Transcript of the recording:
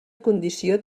condició